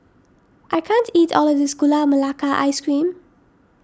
I can't eat all of this Gula Melaka Ice Cream